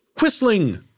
Whistling